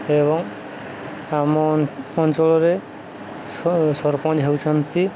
ଏବଂ ଆମ ଅଞ୍ଚଳରେ ସରପଞ୍ଚ ହେଉଛନ୍ତି